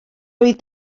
oedd